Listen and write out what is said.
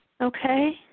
Okay